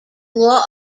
law